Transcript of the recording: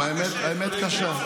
האמת קשה.